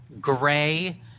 gray